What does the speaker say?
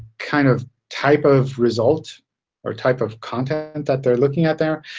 kind of type of result or type of content that they're looking at there.